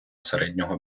середнього